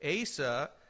Asa